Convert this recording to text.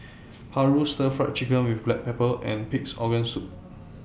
Paru Stir Fried Chicken with Black Pepper and Pig'S Organ Soup